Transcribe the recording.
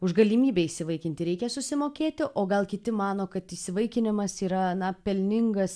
už galimybę įsivaikinti reikia susimokėti o gal kiti mano kad įsivaikinimas yra na pelningas